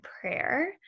prayer